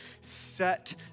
set